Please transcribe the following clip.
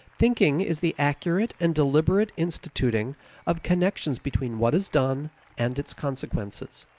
thinking is the accurate and deliberate instituting of connections between what is done and its consequences.